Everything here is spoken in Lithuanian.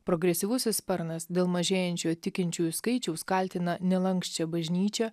progresyvusis sparnas dėl mažėjančio tikinčiųjų skaičiaus kaltina nelanksčią bažnyčią